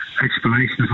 Explanation